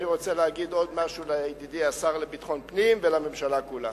אני רוצה לומר עוד משהו לידידי השר לביטחון פנים ולממשלה כולה.